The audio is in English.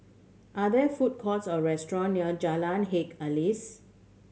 are there food courts or restaurant near Jalan Haji Alias